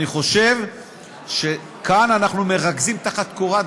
אני חושב שכאן אנחנו מרכזים תחת קורת